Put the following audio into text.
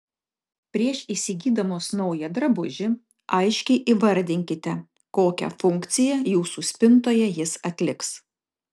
prieš įsigydamos naują drabužį aiškiai įvardinkite kokią funkciją jūsų spintoje jis atliks